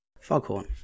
Foghorn